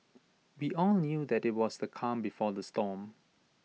we all knew that IT was the calm before the storm